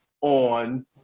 on